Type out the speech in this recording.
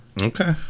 Okay